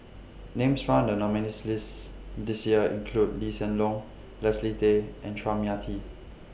Names found in The nominees' lists This Year include Lee Hsien Loong Leslie Tay and Chua Mia Tee